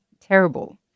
terrible